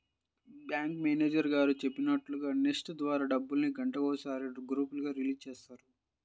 bank manager గారు చెప్పినట్లుగా NEFT ద్వారా డబ్బుల్ని గంటకొకసారి గ్రూపులుగా రిలీజ్ చేస్తారు